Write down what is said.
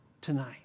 tonight